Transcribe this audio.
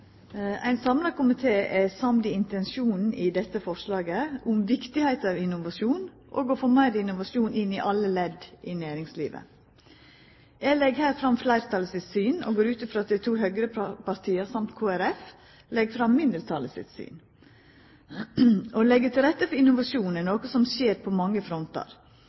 Ein samla komité er samd i intensjonen i dette forslaget om viktigheita av innovasjon og å få meir innovasjon inn i alle ledd i næringslivet. Eg legg her fram fleirtalet sitt syn, og går ut frå at dei to høgrepartia og Kristeleg Folkeparti legg fram mindretalet sitt syn. Å leggja til rette for innovasjon er noko som skjer på mange frontar.